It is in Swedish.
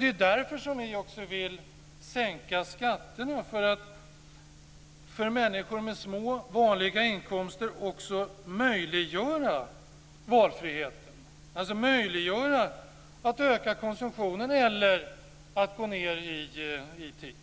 Det är därför vi också vill sänka skatterna: för att möjliggöra valfriheten också för människor med små, vanliga inkomster - möjliggöra att öka konsumtionen eller att gå ned i arbetstid.